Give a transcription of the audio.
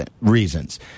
reasons